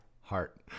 heart